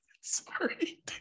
Sorry